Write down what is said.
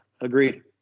agreed